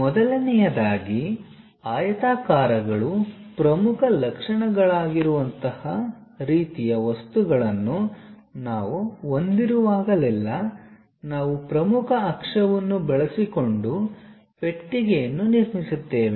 ಮೊದಲನೆಯದಾಗಿ ಆಯತಾಕಾರಗಳು ಪ್ರಮುಖ ಲಕ್ಷಣಗಳಾಗಿರುವಂತಹ ರೀತಿಯ ವಸ್ತುಗಳನ್ನು ನಾವು ಹೊಂದಿರುವಾಗಲೆಲ್ಲಾ ನಾವು ಪ್ರಮುಖ ಅಕ್ಷವನ್ನು ಬಳಸಿಕೊಂಡು ಪೆಟ್ಟಿಗೆಯನ್ನು ನಿರ್ಮಿಸುತ್ತೇವೆ